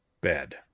bed